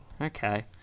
Okay